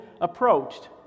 approached